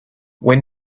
when